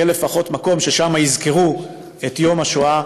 יהיה לפחות מקום ששם יזכרו את יום השואה